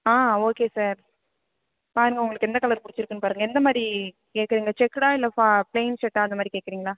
ஆ okay sir பாருங்கள் உங்களுக்கு எந்த கலர் பிடிச்சிருக்குனு பாருங்கள் எந்த மாதிரி கேட்குறீங்க செக்குடா இல்லை ஃபா பிளைன் ஷேர்ட்டாக அந்த மாதிரி கேட்குறீங்களா